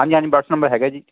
ਹਾਂਜੀ ਹਾਂਜੀ WhatsApp number ਹੈਗਾ ਜੀ